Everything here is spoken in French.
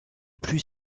plus